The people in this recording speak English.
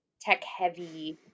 tech-heavy